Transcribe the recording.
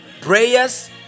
Prayers